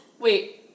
wait